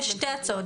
יש שתי הצעות,